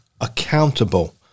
Accountable